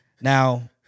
Now